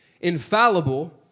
infallible